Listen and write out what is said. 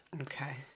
Okay